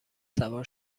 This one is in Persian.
سوار